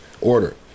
order